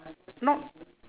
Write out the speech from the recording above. not